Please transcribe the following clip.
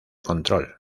control